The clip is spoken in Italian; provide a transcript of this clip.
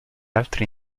altri